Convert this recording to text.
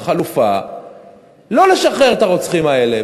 החלופה לא לשחרר את הרוצחים האלה,